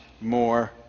more